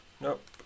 Nope